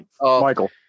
Michael